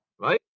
right